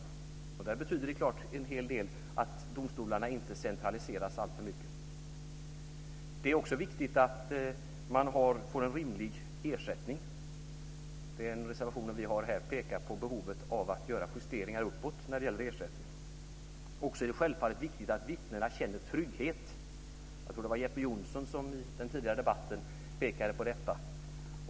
Då betyder det helt klart en hel del att domstolarna inte centraliseras alltför mycket. Det är också viktigt att man får en rimlig ersättning. Den reservation vi har utformat pekar på behovet av att göra justeringar uppåt när det gäller ersättning. Självfallet är det också viktigt att vittnena känner trygghet. Jag tror att det var Jeppe Johnsson som i den tidigare debatten pekade på detta.